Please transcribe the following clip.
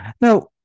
Now